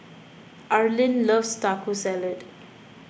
Arlin loves Taco Salad